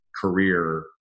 career